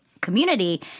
community